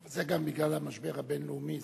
זה גם בגלל המשבר הבין-לאומי.